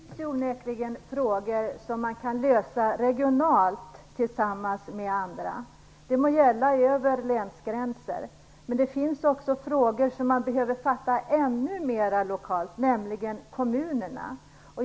Fru talman! Det finns onekligen frågor som man kan lösa regionalt tillsammans med andra, det må gälla över länsgränser. Men det finns också frågor där man behöver fatta besluten ännu mer lokalt, nämligen i kommunerna.